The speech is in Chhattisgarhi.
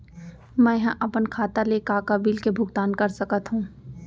मैं ह अपन खाता ले का का बिल के भुगतान कर सकत हो